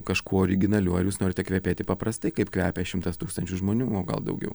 kažkuo originaliu ar jūs norite kvepėti paprastai kaip kvepia šimtas tūkstančių žmonių o gal daugiau